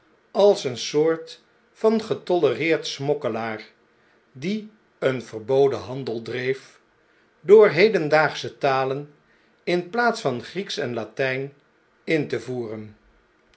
als een soort van getolereerd smokke'laar die een verboden handel dreef door hedendaagsche talen in plaats van grieksch en latijn m te voeren